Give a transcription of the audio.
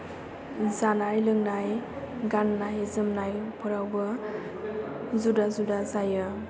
जानाय लोंनाय गाननाय जोमनाय फोरावबो जुदा जुदा जायो